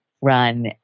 run